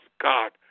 God